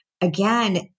again